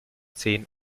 zehn